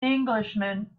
englishman